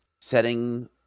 setting